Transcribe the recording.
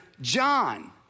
John